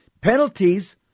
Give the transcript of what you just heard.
Penalties